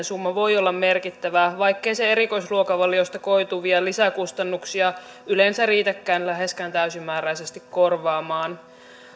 summa voi olla merkittävä vaikkei se erikoisruokavaliosta koituvia lisäkustannuksia yleensä riitäkään läheskään täysimääräisesti korvaamaan